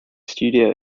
studio